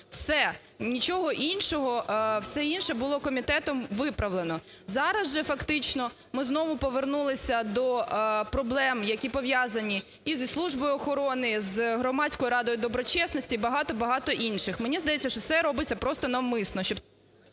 Все. Нічого іншого… Все інше було комітетом виправлено. Зараз же фактично ми знову повернулися до проблем, які пов'язані із Службою охорони, з Громадською радою доброчесності і багато-багато інших. Мені здається, що це робиться просто навмисно,